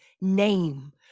name